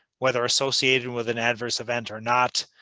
whether associated with and adverse events or not,